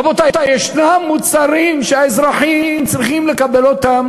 רבותי, יש מוצרים שהאזרחים צריכים לקבל אותם